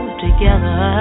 together